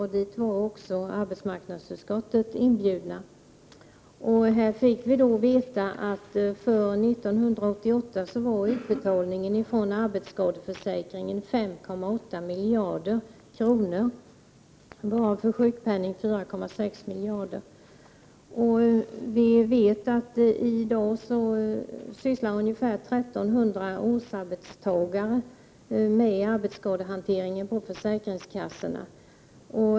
Till utfrågningen var även arbetsmarknadsutskottet inbjudet. Vi fick då veta att utbetalningen ifrån arbetsskadeförsäkringen för år 1988 var 5,8 miljarder kronor, varav 4,6 miljarder kronor i sjukpenning. I dag arbetar ungefär 1 300 årsarbetstagare med arbetsskadehantering på försäkringskassorna.